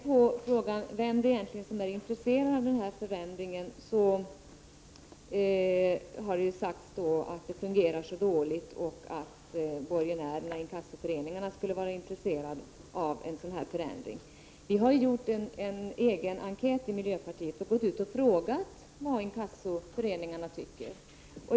På frågan om vem som är intresserad av denna förändring har det sagts att det fungerar så dåligt och att borgenärerna, alltså inkassoföreningarna, skulle vara intresserade av den föreslagna förändringen. Vi i miljöpartiet gjorde en egen enkätundersökning och frågade vad inkassoföreningarna tycker.